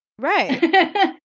right